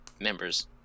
members